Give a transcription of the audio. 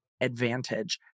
advantage